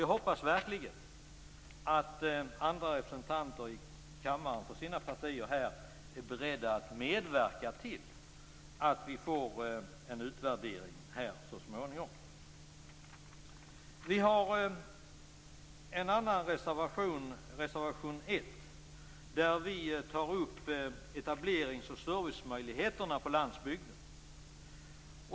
Jag hoppas verkligen att de som representerar andra partier här i kammaren är beredda att medverka till att det så småningom blir en utvärdering. Vi har avgett en annan reservation, reservation nr 1, där vi tar upp etablerings och servicemöjligheterna på landsbygden.